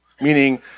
meaning